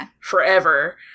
forever